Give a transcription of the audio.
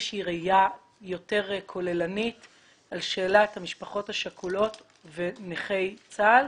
ראייה יותר כוללנית על שאלת המשפחות השכולות ונכי צה"ל,